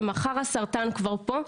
ומחר הסרטן כבר פה,